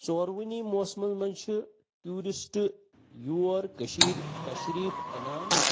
ژور ؤنی موسمَن منٛز چھِ ٹوٗرِسٹہٕ یور کٔشیٖرِ تَشریٖف اَنان